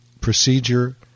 procedure